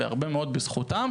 והרבה מאוד בזכותם.